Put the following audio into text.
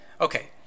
Okay